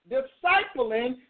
Discipling